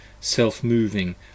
self-moving